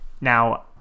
Now